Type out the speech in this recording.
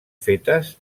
fetes